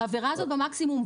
העבירה הזאת במקסימום,